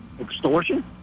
extortion